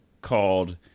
called